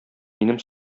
минем